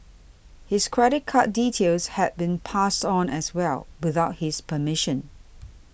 his credit card details had been passed on as well without his permission